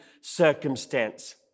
circumstance